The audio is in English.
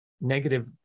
negative